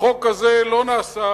החוק הזה לא נעשה,